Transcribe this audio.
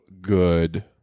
Good